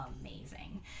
amazing